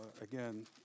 again